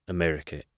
America